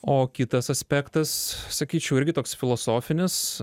o kitas aspektas sakyčiau irgi toks filosofinis